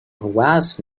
was